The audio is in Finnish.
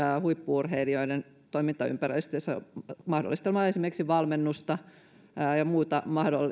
huippu urheilijoiden toimintaympäristössä mahdollistamalla esimerkiksi valmennusta ja muuta